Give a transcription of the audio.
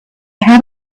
had